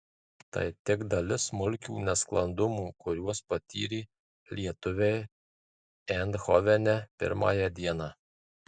tai tik dalis smulkių nesklandumų kuriuos patyrė lietuviai eindhovene pirmąją dieną